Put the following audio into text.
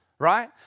Right